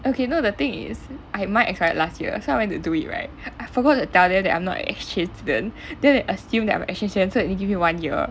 okay no the thing is I had mine expired last year so I went to do it right I forgot to tell them that I'm not an exchange student then they assume that I'm a exchange student so they only give me one year